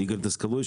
איגור דוסקלוביץ,